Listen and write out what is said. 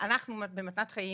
אנחנו במתנת חיים,